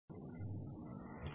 ఈ మాడ్యూల్కు స్వాగతం